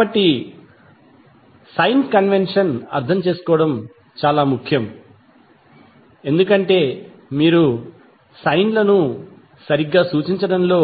కాబట్టి sign convention అర్థం చేసుకోవడం చాలా ముఖ్యం ఎందుకంటే మీరు సైన్ లను సరిగ్గా సూచించడంలో